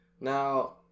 Now